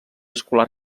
escolar